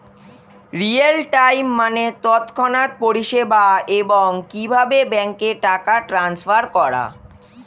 real time মানে তৎক্ষণাৎ পরিষেবা, এবং কিভাবে ব্যাংকে টাকা ট্রান্সফার করা